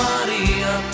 Maria